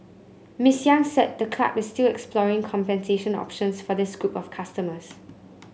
Miss Yang said the club is still exploring compensation options for this group of customers